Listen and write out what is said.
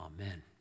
Amen